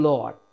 Lord